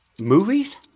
Movies